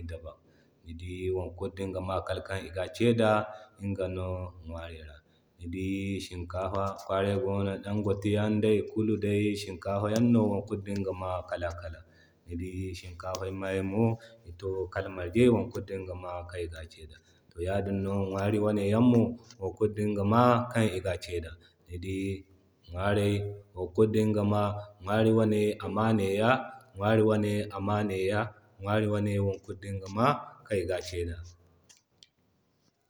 ŋda ban. Ni dii wokulu dinga maa kala kan iga kee da iga no ŋwaray ra. Ni dii shinkafa kwaray gono. Dan gwate yan day wo kulu day shinkafa yaŋ no wo kulu dinga maa kala-kala. Ni dii shinkafay mayay mo iga to kalay marge, wo kulu dinga maa kan iga kee da. To yadin no ŋwari wane yan mo wo kulu dinga maa kan iga kee da. Ni dii ŋwaray wokulu dinga maa, ŋwari wane ama ne yaa, ŋwari wane ama ne ya. Ŋwari wane wokulu dinga ma kan iga kee da.